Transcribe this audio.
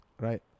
Right